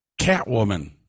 Catwoman